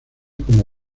como